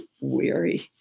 weary